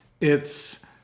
It's